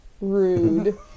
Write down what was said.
rude